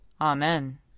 Amen